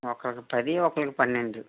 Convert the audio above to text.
ఒకళ్ళకి పది ఒకళ్ళకి పన్నెండు